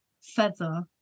Feather